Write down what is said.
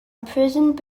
imprisoned